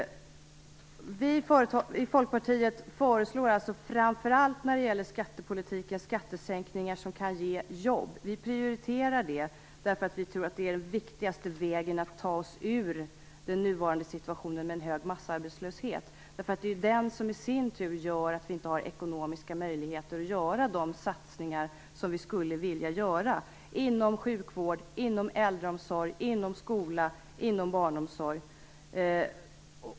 Vi i Folkpartiet föreslår alltså när det gäller skattepolitiken framför allt skattesänkningar som kan ge jobb. Vi prioriterar detta därför att vi tror att det är det viktigaste sättet att ta oss ur den nuvarande situationen med en hög massarbetslöshet. Det är den som i sin tur gör att vi inte har ekonomiska möjligheter att göra de satsningar som vi skulle vilja göra inom sjukvård, äldreomsorg, skola och barnomsorg.